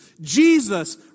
Jesus